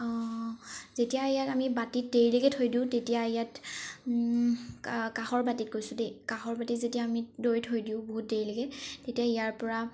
যেতিয়া ইয়াক আমি বাতিত দেৰিলৈকে থৈ দিওঁ তেতিয়া ইয়াত কা কাঁহৰ বাতি কৈছো দেই কাঁহৰ বাতিত যেতিয়া দৈ থৈ দিওঁ বহুত দেৰিলৈকে তেতিয়া ইয়াৰ পৰা